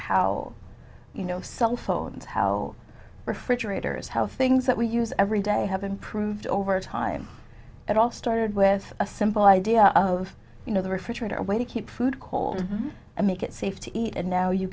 how you know cell phones how refrigerators how things that we use every day have improved over time it all started with a simple idea of you know the refrigerator way to keep food cold and make it safe to eat and now you